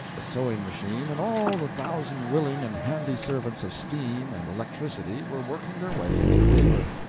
the sewing-machine, and all the thousand willing and handy servants of steam and electricity were working their way into favor.